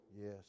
yes